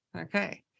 okay